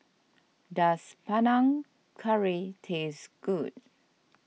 does Panang Curry taste good